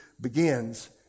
begins